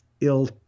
ill